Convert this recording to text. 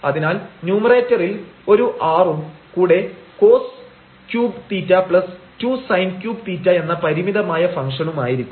അതിനാൽ ന്യൂമറേറ്ററിൽ ഒരു r ഉം കൂടെ cos3θ2sin3⁡θ എന്ന പരിമിതമായ ഫങ്ക്ഷനുമായിരിക്കും